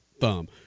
thumb